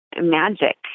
magic